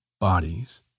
bodies